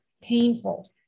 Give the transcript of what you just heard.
painful